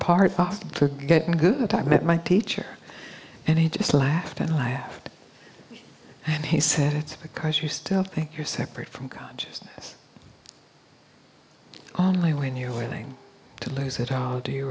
part getting a good time at my teacher and he just laughed and laughed and he said it's because you still think you're separate from god just only when you're willing to lose it all